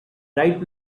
right